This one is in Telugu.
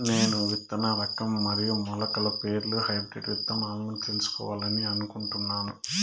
నేను విత్తన రకం మరియు మొలకల పేర్లు హైబ్రిడ్ విత్తనాలను తెలుసుకోవాలని అనుకుంటున్నాను?